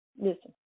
Listen